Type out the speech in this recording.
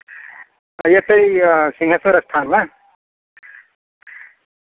एतहि इएह सिंहेश्वर स्थानमे